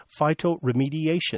phytoremediation